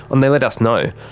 and they let us know.